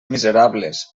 miserables